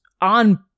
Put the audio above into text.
on